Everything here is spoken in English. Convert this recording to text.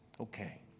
Okay